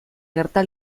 gerta